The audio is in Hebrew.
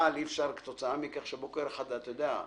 אבל אי-אפשר, כתוצאה מכך, שבוקר אחד, אתה יודע,